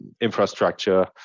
infrastructure